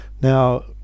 Now